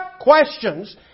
questions